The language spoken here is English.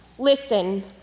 Listen